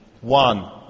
one